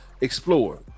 explore